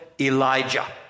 Elijah